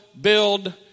build